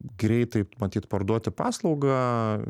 greitai matyt parduoti paslaugą